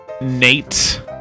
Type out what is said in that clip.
Nate